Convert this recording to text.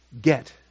get